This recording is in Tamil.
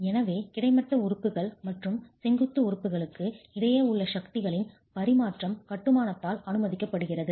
எனவே கிடைமட்ட உறுப்புகள் மற்றும் செங்குத்து உறுப்புகளுக்கு இடையே உள்ள சக்திகளின் பரிமாற்றம் கட்டுமானத்தால் அனுமதிக்கப்படுகிறது